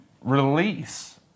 release